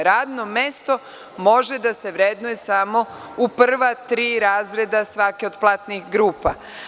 Radno mesto može da se vrednuje samo u prva tri razreda svake od platnih grupa.